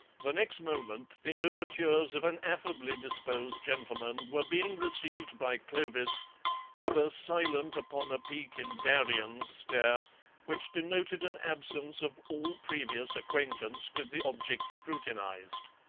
the next moment the overtures of an affably disposed gentleman were being received by clovis with a silent-upon-a-peak-in-darien stare which denoted an absence of all previous acquaintance with the object scrutinized.